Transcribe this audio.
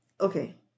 okay